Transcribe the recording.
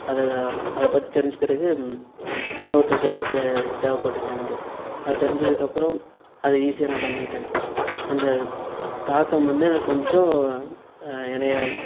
அதை அதை பத்தி தெரிஞ்சிக்கிறதுக்கு இன்னொருத்தருக்கு ஹெல்ப்பு தேவப்பட்டுச்சு எனக்கு அது தெரிஞ்சுதுக்கப்பறோம் அதை ஈஸியாக நான் பண்ணிட்டேன் அந்த தாக்கம் வந்து எனக்கு கொஞ்சோம் என்னை